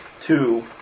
Two